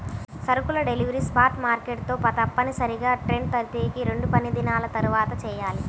సరుకుల delivery spot market తో తప్పనిసరిగా ట్రేడ్ తేదీకి రెండుపనిదినాల తర్వాతచెయ్యాలి